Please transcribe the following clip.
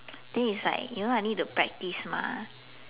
then is like you know I need to practice mah